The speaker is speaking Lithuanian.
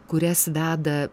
kurias veda